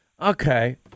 Okay